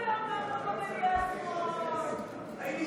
לאחר מכן יש לנו הצעת חוק פרטית שהוצמדה להצעה הזו,